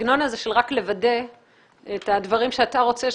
הסגנון הזה של רק לוודא את הדברים שאתה רוצה,